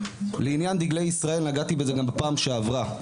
לעניין דגלי ישראל, נגעתי בזה גם בפעם שעברה,